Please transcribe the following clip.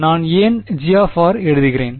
நான் ஏன் G எழுதுகிறேன்